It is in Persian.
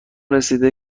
رسیده